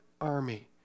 army